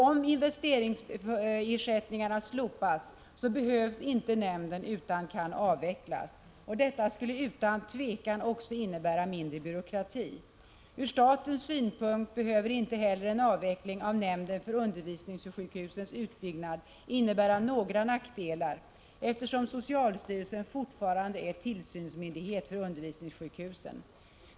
Om investeringsersättningarna slopas behövs inte nämnden, utan den kan avvecklas. Detta skulle också utan tvivel innebära mindre byråkrati. Från statens synpunkt behöver inte heller en avveckling av nämnden för undervisningssjukhusens utbyggnad innebära några nackdelar, eftersom socialstyrelsen fortfarande är tillsynsmyndighet för undervisningssjukhusen.